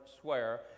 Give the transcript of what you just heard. swear